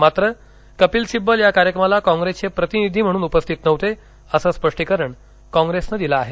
मात्र कपिल सिब्बल या कार्यक्रमाला कॉग्रेसचे प्रतिनिधी म्हणून उपस्थित नव्हते अस स्पष्टीकरण कॉग्रेसनं दिलं आहे